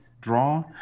draw